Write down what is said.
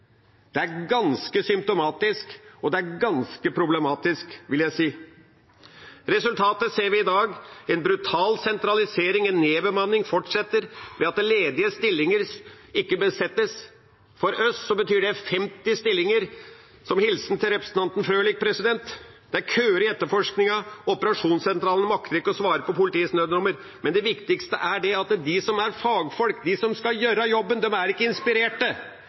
Det er ganske symptomatisk, og det er ganske problematisk, vil jeg si. Resultatet ser vi i dag: en brutal sentralisering, en nedbemanning som fortsetter ved at ledige stillinger ikke besettes. For Øst betyr det 50 stillinger. Så med en hilsen til representanten Frølich: Det er køer i etterforskningen, operasjonssentralene makter ikke å svare på politiets nødnummer. Men det viktigste er at de som er fagfolk, de som skal gjøre jobben, ikke er